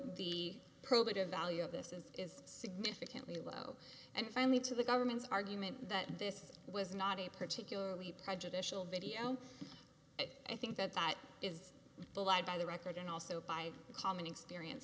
the probative value of this is is significantly low and finally to the government's argument that this was not a particularly prejudicial video and i think that that is belied by the record and also by a common experience